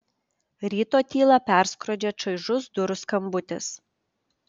ryto tylą perskrodžia čaižus durų skambutis